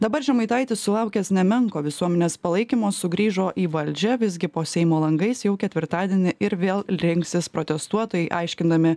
dabar žemaitaitis sulaukęs nemenko visuomenės palaikymo sugrįžo į valdžią visgi po seimo langais jau ketvirtadienį ir vėl rinksis protestuotojai aiškindami